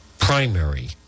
primary